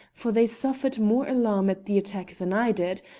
for they suffered more alarm at the attack than i did,